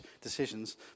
decisions